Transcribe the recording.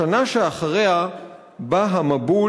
/ בשנה שאחריה / בא המבול.